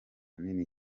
nini